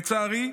לצערי,